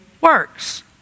works